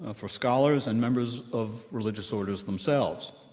ah for scholars and members of religious orders themselves.